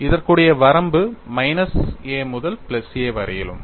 இதற்க்குடைய வரம்பு minus a முதல் plus a வரையிலும்